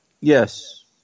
Yes